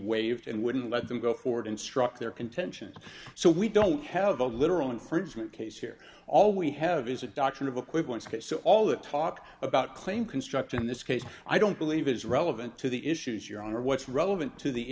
waived and wouldn't let them go forward instruct their contention so we don't have a literal infringement case here all we have is a doctrine of equivalence because so all the talk about claim construction in this case i don't believe is relevant to the issues your honor what's relevant to the